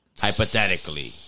Hypothetically